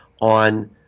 on